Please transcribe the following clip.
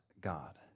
God